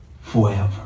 Forever